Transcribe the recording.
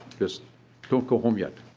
just don't go home yet.